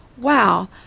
wow